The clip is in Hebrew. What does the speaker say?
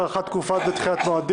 (הארכת תקופות מעבר),